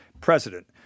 president